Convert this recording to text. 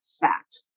fact